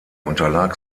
unterlag